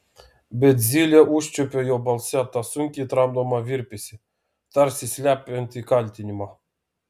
bet zylė užčiuopė jo balse tą sunkiai tramdomą virpesį tarsi slepiantį kaltinimą